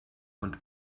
und